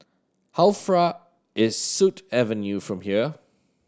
how far is Sut Avenue from here